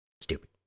stupid